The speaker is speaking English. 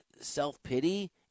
self-pity